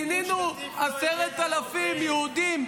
פינינו 10,000 יהודים,